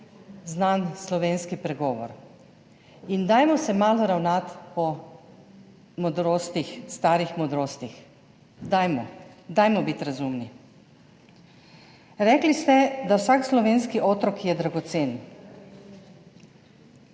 znani slovenski pregovor. Dajmo se malo ravnati po starih modrostih. Dajmo, dajmo biti razumni. Rekli ste, da je vsak slovenski otrok dragocen.